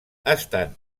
estan